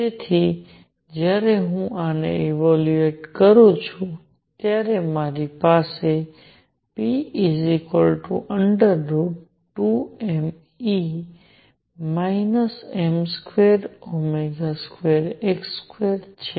તેથી જ્યારે હું આનું ઇવેલ્યુએટ કરું છું ત્યારે મારી પાસે p √ છે